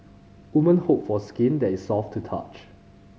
woman hope for skin that is soft to touch